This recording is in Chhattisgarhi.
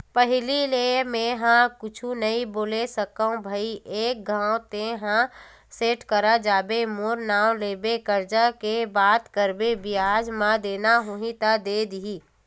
पहिली ले मेंहा कुछु नइ बोले सकव भई एक घांव तेंहा सेठ करा जाबे मोर नांव लेबे करजा के बात करबे बियाज म देना होही त दे दिही